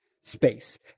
space